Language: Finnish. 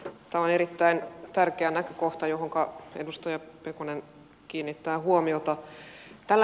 tämä on erittäin tärkeä näkökohta johonka edustaja pekonen kiinnittää huomiota